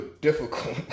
difficult